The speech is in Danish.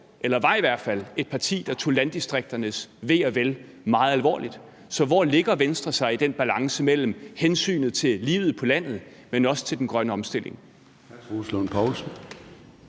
eller var i hvert fald – et parti, der tog landdistrikternes ve og vel meget alvorligt, så hvor lægger Venstre sig i den balance mellem hensynet til livet på landet og til den grønne omstilling?